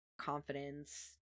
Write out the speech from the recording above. confidence